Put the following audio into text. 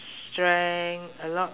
strength a lot